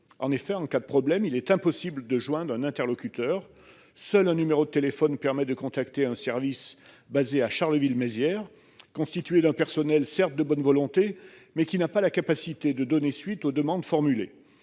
En effet, en cas de problème, il est impossible de joindre le moindre interlocuteur. Seul un numéro de téléphone permet de contacter un service, basé à Charleville-Mézières, composé d'un personnel, certes de bonne volonté, mais qui n'a pas la capacité de donner suite aux demandes formulées.